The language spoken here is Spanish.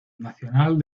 nacional